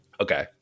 Okay